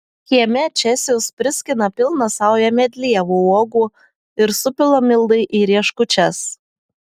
kieme česius priskina pilną saują medlievų uogų ir supila mildai į rieškučias